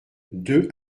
deux